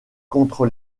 contre